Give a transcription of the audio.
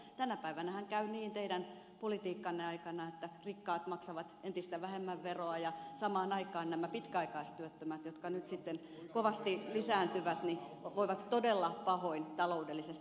tänä päivänähän käy niin teidän politiikkanne aikana että rikkaat maksavat entistä vähemmän veroa ja samaan aikaan nämä pitkäaikaistyöttömät jotka nyt sitten kovasti lisääntyvät voivat todella pahoin taloudellisesti